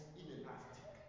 inelastic